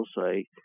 say